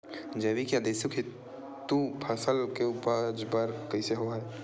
जैविक या देशी खातु फसल के उपज बर कइसे होहय?